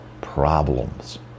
problems